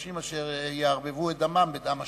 אנשים אשר יערבבו את דמם בדם אשכנזי,